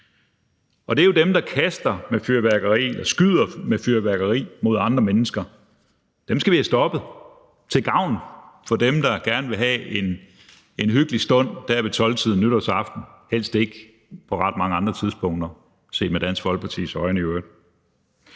Og det er jo dem, der kaster med fyrværkeri og skyder med fyrværkeri mod andre mennesker; dem skal vi have stoppet til gavn for dem, der gerne vil have en hyggelig stund dér ved 24-tiden nytårsaften – og i øvrigt helst ikke på ret mange andre tidspunkter, set med Dansk Folkepartis øjne.